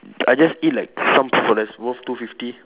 I just eat like some food for less worth two fifty